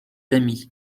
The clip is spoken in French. amis